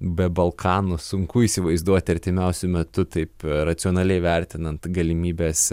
be balkanų sunku įsivaizduoti artimiausiu metu taip racionaliai vertinant galimybes